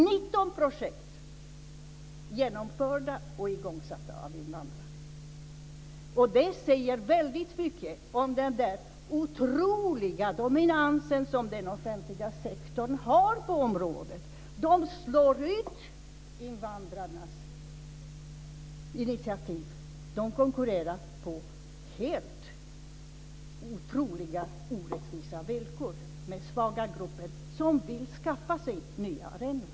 19 projekt genomfördes och igångsattes av invandrare. Det säger väldigt mycket om den där otroliga dominansen som den offentliga sektorn har på området som slår ut invandrarnas initiativ. De konkurrerar på helt otroligt orättvisa villkor, med svaga grupper som vill skaffa sig nya arenor.